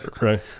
Right